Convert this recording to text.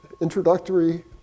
introductory